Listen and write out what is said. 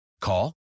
Call